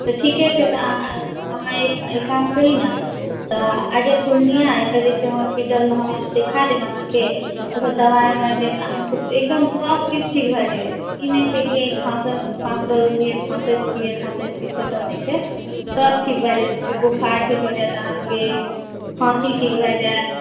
तऽ ठीके छै तऽ अहाँ अहाँ एक काम करियौ ने तऽ आ जाउ पूर्णिया आ एतऽ हॉस्पिटल मे हम देखा देब अहाँके दबाइ उबाइ देत अहाँके तऽ एकदम सब चीज ठीक भऽ जाएत ई नहि छै कि खाँसी खाँसै छियै खाँसै छियै से नहि छै सब ठीक भऽ जाएत बुखार ठीक हो जाएत अहाँके खाँसी ठीक भऽ जाएत